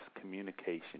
communication